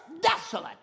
desolate